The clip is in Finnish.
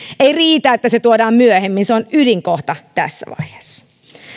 ei riitä että se tuodaan myöhemmin se on ydinkohta tässä vaiheessa